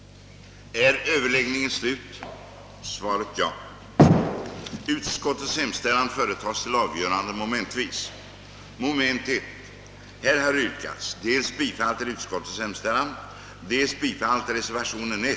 Som tiden nu var långt framskriden beslöt kammaren på förslag av herr talmannen att uppskjuta behandlingen av återstående på föredragningslistan upptagna ärenden till morgondagens sammanträde. Undertecknad anhåller om ledighet från riksdagsgöromålen under tiden 29